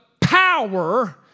power